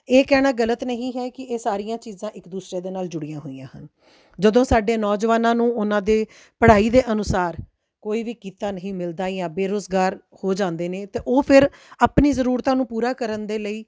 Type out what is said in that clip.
ਇਹ ਕਹਿਣਾ ਗਲਤ ਨਹੀਂ ਹੈ ਕਿ ਇਹ ਸਾਰੀਆਂ ਚੀਜ਼ਾਂ ਇੱਕ ਦੂਸਰੇ ਦੇ ਨਾਲ ਜੁੜੀਆਂ ਹੋਈਆਂ ਹਨ ਜਦੋਂ ਸਾਡੇ ਨੌਜਵਾਨਾਂ ਨੂੰ ਉਹਨਾਂ ਦੇ ਪੜ੍ਹਾਈ ਦੇ ਅਨੁਸਾਰ ਕੋਈ ਵੀ ਕਿੱਤਾ ਨਹੀਂ ਮਿਲਦਾ ਜਾਂ ਬੇਰੁਜ਼ਗਾਰ ਹੋ ਜਾਂਦੇ ਨੇ ਅਤੇ ਉਹ ਫਿਰ ਆਪਣੀ ਜ਼ਰੂਰਤਾਂ ਨੂੰ ਪੂਰਾ ਕਰਨ ਦੇ ਲਈ